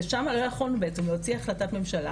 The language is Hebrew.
ושם לא יכולנו בעצם להוציא החלטת ממשלה